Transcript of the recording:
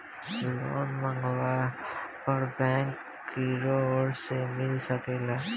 loan मांगला पर bank कियोर से मिल सकेला